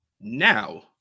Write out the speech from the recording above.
now